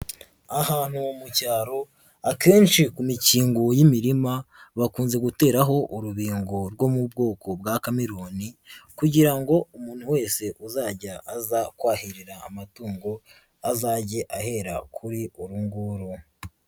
Ahantu mu cyaro akenshi ku mikingo y'imirima bakunze guteraho urubingo rwo mu bwoko bwa kameroni kugira ngo umuntu wese uzajya aza kwahirira amatungo azajye ahera kuri uru nguru.